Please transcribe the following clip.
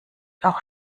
auch